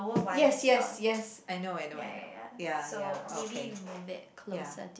yes yes yes I know I know I know ya ya okay ya